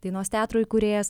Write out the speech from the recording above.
dainos teatro įkūrėjas